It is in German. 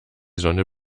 sonne